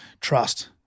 trust